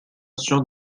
sûre